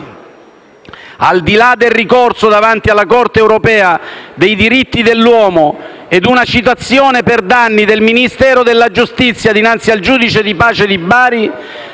Al di là del ricorso davanti alla Corte europea dei diritti dell'uomo e a una citazione per danni del Ministero della giustizia dinanzi al giudice di pace di Bari,